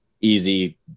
easy